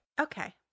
Okay